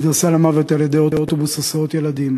נדרסה למוות על-ידי אוטובוס הסעות ילדים